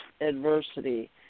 adversity